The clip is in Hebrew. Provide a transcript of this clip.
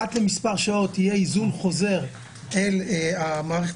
אחת למספר שעות יהיה היזון חוזר אל המערכת